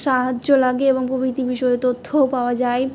সাহায্য লাগে এবং প্রভৃতি বিষয়ে তথ্যও পাওয়া যায়